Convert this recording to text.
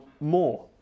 more